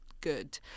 good